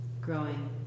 growing